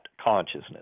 consciousness